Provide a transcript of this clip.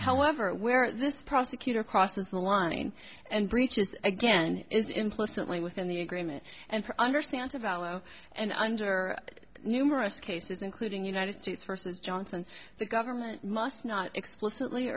however where this prosecutor crosses the line and breaches again is implicitly within the agreement and understands about well and under numerous cases including united states versus johnson the government must not explicitly